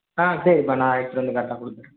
ஆ சரிப்பா நான் எடுத்துகிட்டு வந்து கரெக்டாக கொடுக்கறேன்